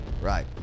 Right